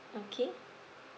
okay